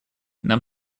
нам